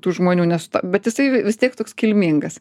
tų žmonių nes bet jisai vis tiek toks kilmingas